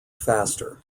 faster